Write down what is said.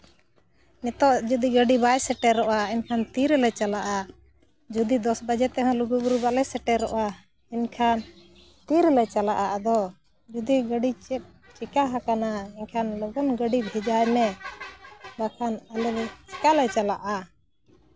ᱱᱤᱛᱚᱜ ᱡᱩᱫᱤ ᱜᱟᱹᱰᱤ ᱵᱟᱭ ᱥᱮᱴᱮᱨᱚᱜᱼᱟ ᱮᱱᱠᱷᱟᱱ ᱛᱤᱨᱮᱞᱮ ᱪᱟᱞᱟᱜᱼᱟ ᱡᱩᱫᱤ ᱫᱚᱥ ᱵᱟᱡᱮ ᱛᱮᱦᱚᱸ ᱞᱩᱜᱩᱼᱵᱩᱨᱩ ᱵᱟᱞᱮ ᱥᱮᱴᱮᱨᱚᱜᱼᱟ ᱮᱱᱠᱷᱟᱱ ᱛᱤᱨᱮᱞᱮ ᱪᱟᱞᱟᱜᱼᱟ ᱟᱫᱚ ᱡᱩᱫᱤ ᱜᱟᱹᱰᱤ ᱪᱮᱫ ᱪᱤᱠᱟ ᱟᱠᱟᱱᱟ ᱮᱱᱠᱷᱟᱱ ᱞᱚᱜᱚᱱ ᱜᱟᱹᱰᱤ ᱵᱷᱮᱡᱟᱭ ᱢᱮ ᱵᱟᱠᱷᱟᱱ ᱟᱞᱮ ᱞᱮ ᱪᱮᱠᱟᱞᱮ ᱪᱟᱞᱟᱜᱼᱟ